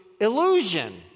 illusion